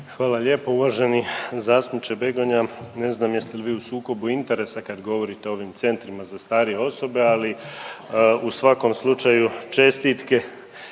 Hvala lijepo. Uvaženi zastupniče Begonja ne znam jeste li vi u sukobu interesa kad govorite o ovim centrima za starije osobe, ali u svakom slučaju čestitke,